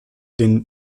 den